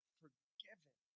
forgiven